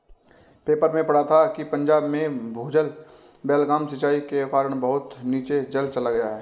paper में पढ़ा था कि पंजाब में भूजल बेलगाम सिंचाई के कारण बहुत नीचे चल गया है